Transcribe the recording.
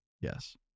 Yes